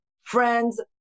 friends